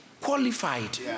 qualified